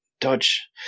Dodge